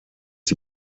die